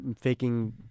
faking